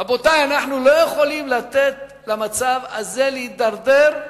רבותי, אנחנו לא יכולים לתת למצב הזה להידרדר,